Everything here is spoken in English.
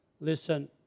Listen